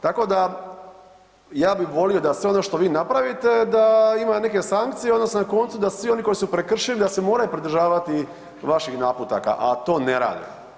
Tako da ja bi volio da sve ono što vi napravite da ima neke sankcije odnosno na koncu da svi oni koji su prekršili da se moraju pridržavati vaših naputaka, a to ne rade.